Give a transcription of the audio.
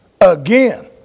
again